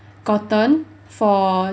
gotten for